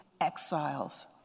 exiles